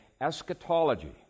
eschatology